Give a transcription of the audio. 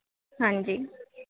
ਹਾਂਜੀ